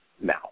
Now